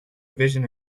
vision